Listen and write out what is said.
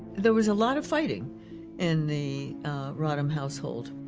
there was a lot of fighting in the rodham household.